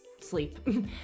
sleep